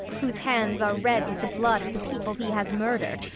whose hands are red with the blood of the people he has murdered,